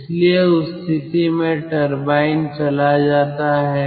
इसलिए उस स्थिति में टरबाइन चला जाता है